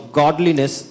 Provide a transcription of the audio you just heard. godliness